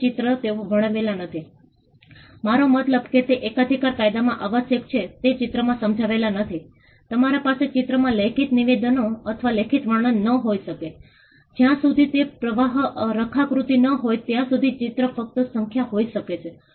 તેથી તેનો અર્થ એ છે કે અમે સમુદાયને ભાગ લેવા માટે કહી રહ્યા છીએ પરંતુ અમે તે નિર્ધારિત કરી રહ્યાં છીએ કે તેઓ કેવી રીતે અને શું ક્યારે અને કેટલી હદે ભાગ લઈ શકે છે